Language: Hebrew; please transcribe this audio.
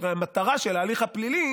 שהמטרה של ההליך הפלילי